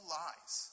lies